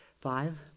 Five